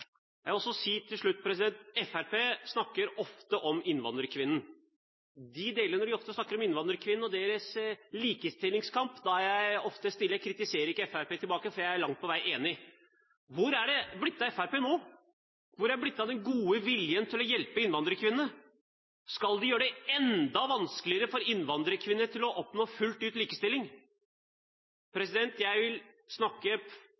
Jeg vil også si til slutt: Fremskrittspartiet snakker ofte om innvandrerkvinner. Ofte når de snakker om innvandrerkvinnene og deres likestillingskamp, er jeg stille og kritiserer ikke Fremskrittspartiet tilbake, for jeg er langt på vei enig. Hvor er det blitt av Fremskrittspartiet nå? Hvor er det blitt av den gode viljen til å hjelpe innvandrerkvinnene? Skal vi gjøre det enda vanskeligere for innvandrerkvinnene å oppnå